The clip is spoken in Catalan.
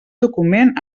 document